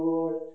Lord